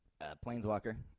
Planeswalker